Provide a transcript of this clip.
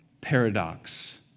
Paradox